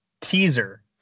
teaser